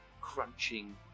crunching